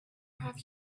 have